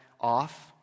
off